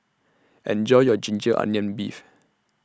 Enjoy your Ginger Onions Beef